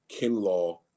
Kinlaw